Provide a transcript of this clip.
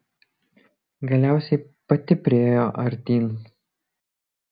galiausiai pati priėjo artyn